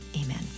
Amen